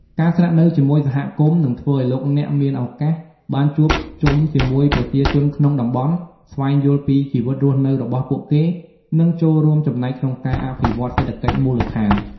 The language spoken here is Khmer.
ការស្នាក់នៅជាមួយសហគមន៍ នឹងធ្វើឱ្យលោកអ្នកមានឱកាសបានជួបជុំជាមួយប្រជាជនក្នុងតំបន់ ស្វែងយល់ពីជីវិតរស់នៅរបស់ពួកគេ និងចូលរួមចំណែកក្នុងការអភិវឌ្ឍន៍សេដ្ឋកិច្ចមូលដ្ឋាន។